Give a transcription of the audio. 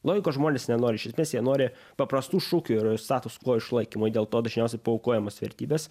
logikos žmonės nenori iš esmės jie nori paprastų šūkių ir status quo išlaikymui dėl to dažniausiai paaukojamos vertybės